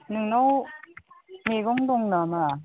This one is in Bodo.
नोंनाव मैगं दं नामा